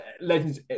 legends